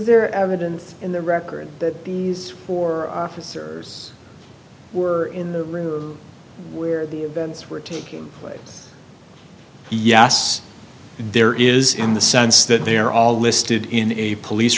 there evidence in the record that these for officers were in the room where the events were taking place yes there is in the sense that they're all listed in a police